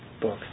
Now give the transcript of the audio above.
book